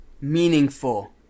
Meaningful